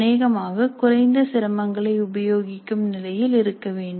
அனேகமாக குறைந்த சிரமங்களை உபயோகிக்கும் நிலையில் இருக்க வேண்டும்